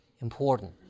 important